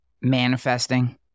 manifesting